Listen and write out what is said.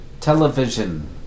Television